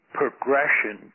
progression